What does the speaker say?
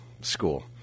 school